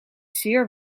zeer